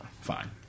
Fine